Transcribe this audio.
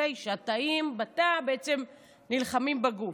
התאים נלחמים בגוף.